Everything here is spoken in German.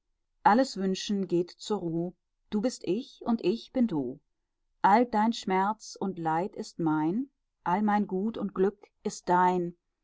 alles wünschen geht zur ruh du bist ich und ich bin du all dein schmerz und leid ist mein all mein gut und glück sind dein